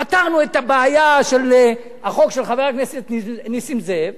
פתרנו את הבעיה של החוק של חבר הכנסת נסים זאב,